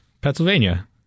Pennsylvania